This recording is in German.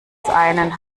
einen